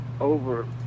over